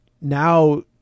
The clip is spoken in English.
now